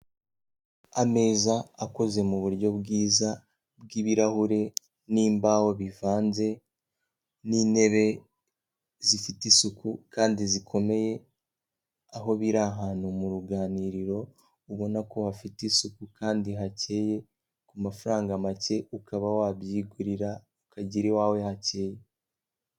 Ameza akoze mu buryo bwiza bw'ibirahure, n'imbaho bivanze, n'intebe zifite isuku kandi zikomeye, aho biri ahantu mu ruganiriro, ubona ko hafite isuku kandi hakeye, ku mafaranga make ukaba wabyigurira ukagera iwawe hakeye.